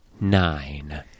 Nine